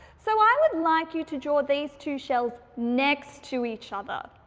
so, i would like you to draw these two shells next to each other.